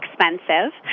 expensive